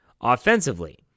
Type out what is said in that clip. offensively